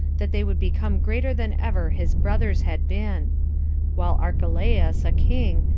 that they would become greater than ever his brothers had been while archelaus, a king,